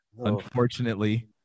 unfortunately